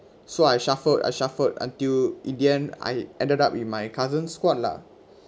so I shuffled I shuffled until in the end I ended up with my cousin's squad lah